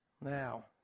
Now